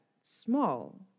small